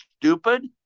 stupid